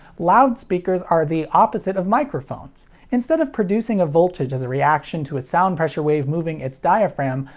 loudspeakers are the opposite of microphones instead of producing a voltage as a reaction to a sound pressure wave moving its diaphragm,